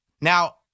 Now